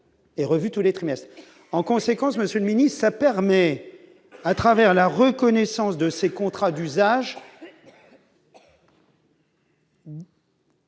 en conséquence Monsieur Ministre ça permet à travers la reconnaissance de ces contrats d'usage.